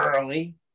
Early